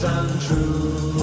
untrue